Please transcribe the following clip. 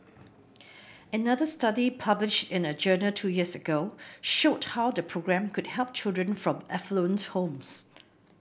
another study published in a journal two years ago showed how the programme could help children from affluent homes